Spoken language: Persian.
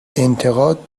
انتقاد